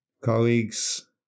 colleagues